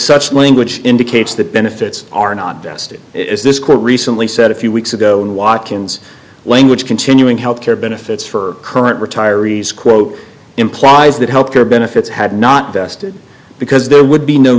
such language indicates that benefits are not vested is this quote recently said a few weeks ago in watkins language continuing health care benefits for current retirees quote implies that healthcare benefits had not vested because there would be no